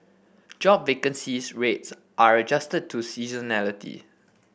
job vacancy rates are adjusted to seasonality